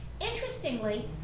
Interestingly